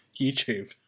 YouTube